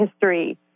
history